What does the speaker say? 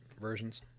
versions